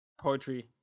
poetry